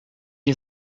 you